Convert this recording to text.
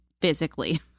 physically